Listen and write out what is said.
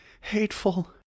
hateful